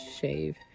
shave